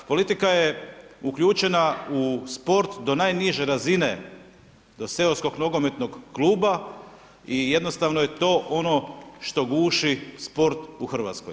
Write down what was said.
Politika je uključena u sport do najniže razine, do seoskog nogometnog kluba i jednostavno je to ono što guši sport u Hrvatskoj.